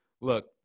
look